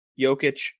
Jokic